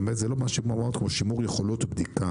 האמת זה לא ממש שימור מעבדות כמו שימור יכולות בדיקה.